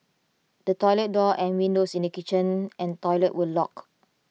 the toilet door and windows in the kitchen and toilet were locked